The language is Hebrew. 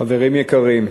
חברים יקרים,